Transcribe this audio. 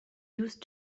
used